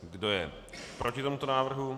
Kdo je proti tomuto návrhu?